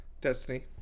Destiny